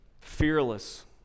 fearless